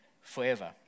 forever